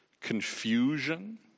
confusion